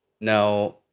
Now